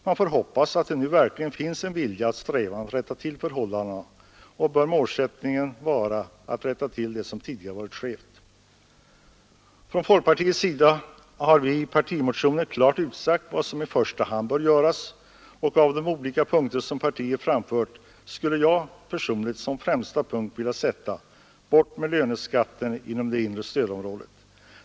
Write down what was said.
Man får hoppas att det nu verkligen finns en vilja och strävan att rätta till förhållandena, och målsättningen bör vara att rätta till det som tidigare varit skevt. Från folkpartiets sida har vi i partimotionen klart utsagt vad som i första hand bör göras, och av de olika punkter som partiet framfört skulle jag personligen som främsta punkt vilja sätta: Bort med löneskatten inom det inre stödområdet!